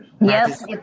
Yes